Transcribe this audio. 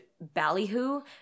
ballyhoo